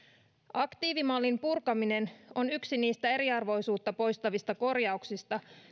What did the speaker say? aktiivimallin purkaminen on yksi niistä eriarvoisuutta poistavista korjauksista